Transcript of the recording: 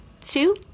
two